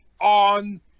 on